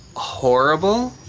horrible,